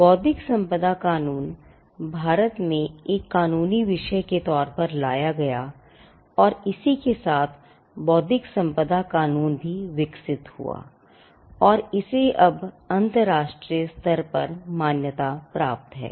बौद्धिक संपदा कानून भारत में एक कानूनी विषय के तौर पर लाया गया और इसी के साथ बौद्धिक संपदा कानून भी विकसित हुआ और इसे अब अंतरराष्ट्रीय स्तर पर मान्यता प्राप्त है